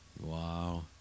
Wow